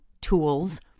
tools